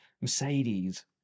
mercedes